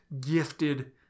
gifted